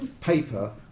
paper